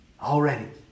Already